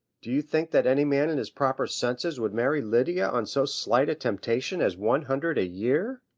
do you think that any man in his proper senses would marry lydia on so slight a temptation as one hundred a year?